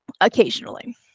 occasionally